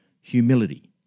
Humility